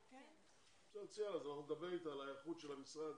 מצוין, נדבר איתה על היערכות המשרד